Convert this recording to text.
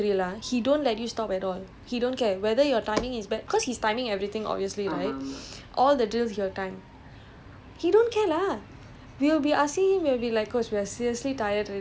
my coach was like the I remember when when every time we do this this particular drill ah he don't let you stop at all he don't care whether your timing is bad cause he's timing everything obviously right all the drills he will time